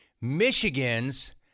Michigan's